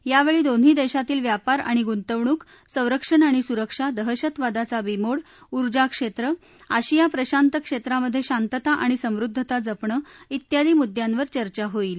यावेळी दोन्ही देशातील व्यापार आणि गुंतवणूक संरक्षण आणि सुरक्षा दहशतवादाचा बिमोड ऊर्जा क्षेत्र आशिया प्रशांत क्षेत्रामधे शांतता आणि समृद्धता जपणं इत्यादी मुद्यांवर चर्चा होईल